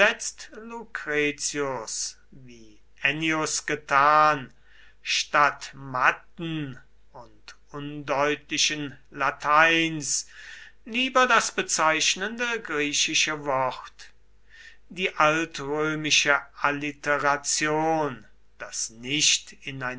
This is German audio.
ennius getan statt matten und undeutlichen lateins lieber das bezeichnende griechische wort die altrömische alliteration das nichtineinandergreifen